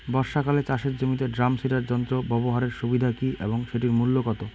বর্ষাকালে চাষের জমিতে ড্রাম সিডার যন্ত্র ব্যবহারের সুবিধা কী এবং সেটির মূল্য কত?